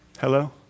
Hello